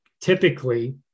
typically